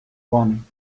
one